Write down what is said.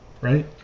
right